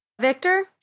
Victor